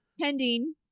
pending